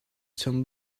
some